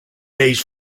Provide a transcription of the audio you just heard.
days